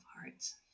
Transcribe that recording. hearts